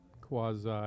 quasi